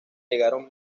llegaron